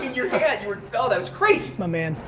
you were. oh, that was crazy. my man.